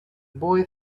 boy